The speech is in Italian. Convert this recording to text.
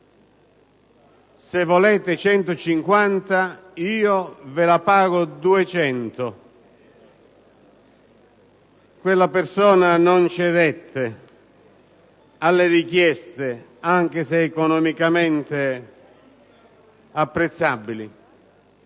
se volete 150, io ve la pago 200». Quella persona non cedette alle richieste, anche se economicamente apprezzabili,